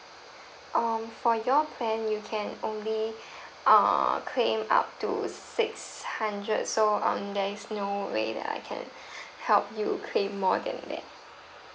um for your plan you can only err claim up to six hundred so uh there is no way that I can help you claim more than that